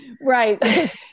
Right